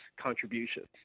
contributions